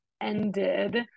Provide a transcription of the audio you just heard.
ended